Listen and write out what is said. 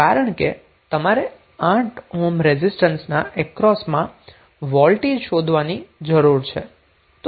કારણ કે તમારે 8 ઓહ્મ રેઝિસ્ટન્સના અક્રોસમાં વોલ્ટેજ શોધવાની જરૂર છે